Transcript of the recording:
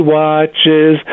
watches